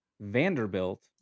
Vanderbilt